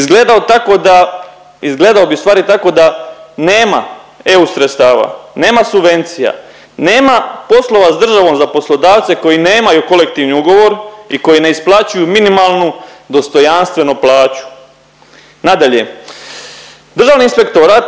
izgledao bi ustvari tako da nema eu sredstava, nema subvencija, nema poslova s državom za poslodavce koji nemaju kolektivni ugovor i koji ne isplaćuju minimalnu dostojanstvenu plaću. Nadalje, Državni inspektorat